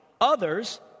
others